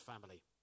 family